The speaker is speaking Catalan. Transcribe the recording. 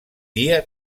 dia